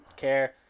care